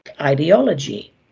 ideology